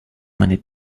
many